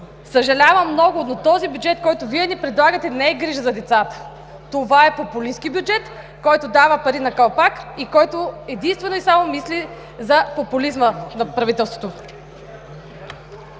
Съжалявам много, но този бюджет, който ни предлагате, не е грижа за децата. Това е популистки бюджет, който дава пари на калпак, и единствено и само мисли за популизма на правителството.